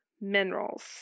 minerals